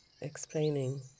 explaining